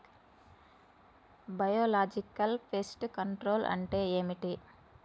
Biological pest control అంటే ఏమిటి?